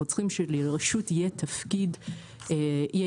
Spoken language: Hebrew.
אנחנו צריכים שלרשות יהיה תפקיד ותהיה